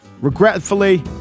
regretfully